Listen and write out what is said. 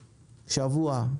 שבוע,